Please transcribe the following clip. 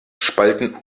spalten